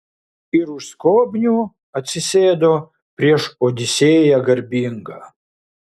ir už skobnių atsisėdo prieš odisėją garbingą